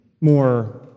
more